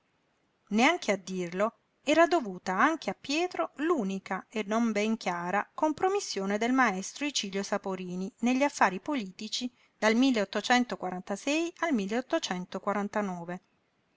neanche a dirlo era dovuta anche a pietro l'unica e non ben chiara compromissione del maestro icilio saporini negli affari politici dal al